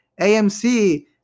AMC